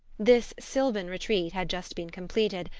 this sylvan retreat had just been completed,